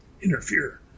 interfere